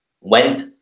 went